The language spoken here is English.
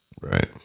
Right